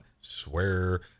swear